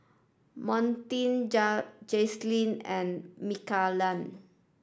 Montie Jacalyn and